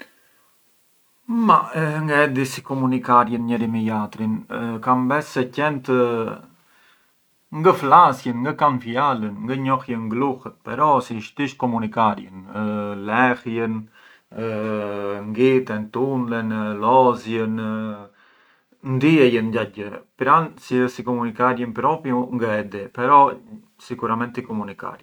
Ma ngë e di si komunikarjën njeri me jatrin, kam besë se qent ngë flasjën, ngë kanë fjalën, ngë njohjën gluhën però si isht isht komunikarjën, lehjën, ngiten, tunden, lozjën, ndiejën gjagjë, pran si ë si komunikarjën ngë e di, però sicuramenti komunikarjën.